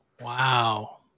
Wow